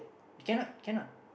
cannot cannot